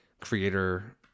creator